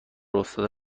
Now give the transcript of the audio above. افتاده